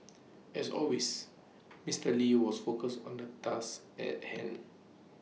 as always Mister lee was focused on the task at hand